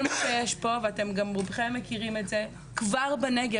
כל מה שיש פה ורובכם גם מכירים את זה כבר בנגב.